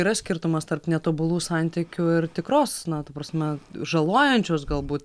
yra skirtumas tarp netobulų santykių ir tikros na ta prasme žalojančios galbūt